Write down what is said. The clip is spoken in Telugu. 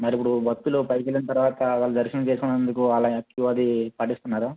మరిప్పుడు భక్తులు పైకెల్లిన తర్వాత వాళ్ళు దర్శనం చేసుకునేందుకు వాళ్ళని క్యూ అదీ పాటిస్తున్నారా